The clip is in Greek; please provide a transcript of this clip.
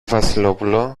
βασιλόπουλο